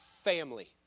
family